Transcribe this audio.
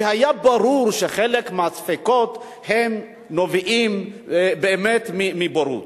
כי היה ברור שחלק מהספקות נובעים באמת מבורות.